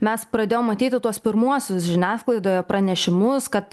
mes pradėjom matyti tuos pirmuosius žiniasklaidoje pranešimus kad